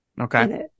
Okay